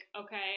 okay